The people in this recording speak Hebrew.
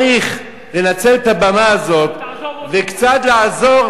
אתה צריך לנצל את הבמה הזאת וקצת לעזור